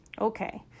Okay